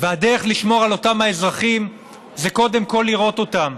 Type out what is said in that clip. והדרך לשמור על אותם אזרחים זה קודם כול לראות אותם.